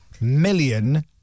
million